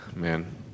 Man